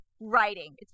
writing